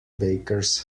bakers